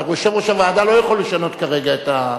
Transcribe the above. אבל יושב-ראש הוועדה לא יכול לשנות כרגע את,